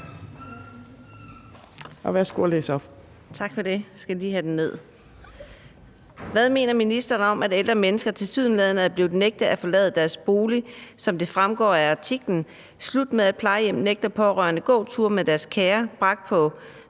Karina Adsbøl (DF): Tak for det. Hvad mener ministeren om at ældre mennesker tilsyneladende er blevet nægtet at forlade deres bolig, som det fremgår af artiklen »Slut med at plejehjem nægter pårørende gåture med deres kære« bragt på